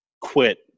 quit